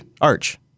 Arch